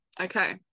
okay